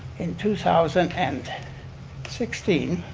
in two thousand and sixteen